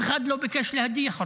ואף אחד לא ביקש להדיח אותו,